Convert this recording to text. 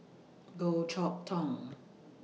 Goh Chok Tong